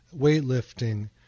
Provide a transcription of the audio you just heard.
weightlifting